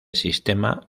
sistema